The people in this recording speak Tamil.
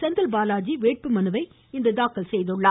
செந்தில்பாலாஜி வேட்பு மனுவை தாக்கல் செய்தார்